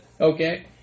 Okay